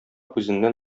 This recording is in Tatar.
үзеннән